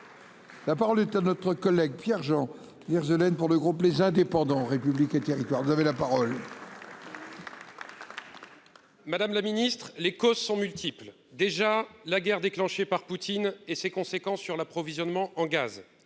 La parole est à notre collègue Pierre-Jean hier Jelen pour le groupe, les indépendants, République et Territoires, vous avez la parole. Madame la Ministre, les causes sont multiples : déjà la guerre déclenchée par Poutine et ses conséquences sur l'approvisionnement en gaz,